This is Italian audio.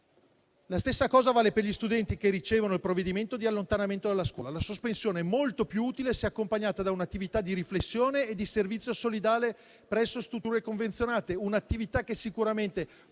La stessa cosa vale per gli studenti che ricevono il provvedimento di allontanamento dalla scuola. La sospensione è molto più utile se accompagnata da un'attività di riflessione e di servizio solidale presso strutture convenzionate, un'attività che sicuramente